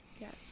Yes